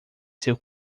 seu